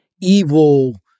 evil